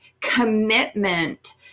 commitment